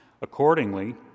Accordingly